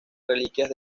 reliquias